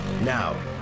Now